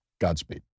Godspeed